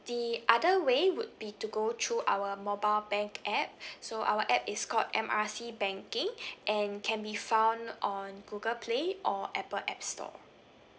the other way would be to go through our mobile bank app so our app is called M R C banking and can be found on google play or apple app store